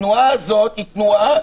התנועה הזאת היא תנועה,